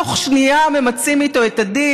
בתוך שנייה ממצים איתו את הדין.